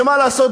שמה לעשות,